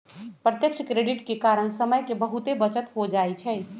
प्रत्यक्ष क्रेडिट के कारण समय के बहुते बचत हो जाइ छइ